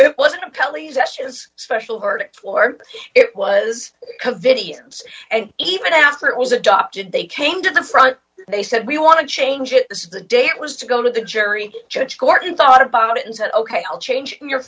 actions special verdict war it was video games and even after it was adopted they came to the front they said we want to change it the day it was to go to the jury judge court and thought about it and said ok i'll change in your